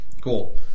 Cool